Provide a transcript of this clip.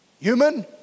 human